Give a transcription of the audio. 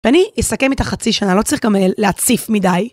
ואני אסכם את החצי שנה לא צריכה גם להציף מידי.